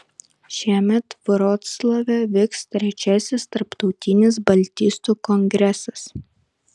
šiemet vroclave vyks trečiasis tarptautinis baltistų kongresas